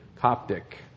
Coptic